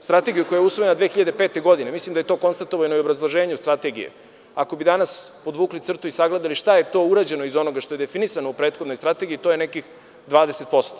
Strategiju koja je usvojena 2005. godine, mislim da je to konstatovano i u obrazloženju Strategije, ako bi danas podvukli crtu i sagledali šta je to urađeno iz onoga što je definisano u prethodnoj Strategiji to je nekih 20%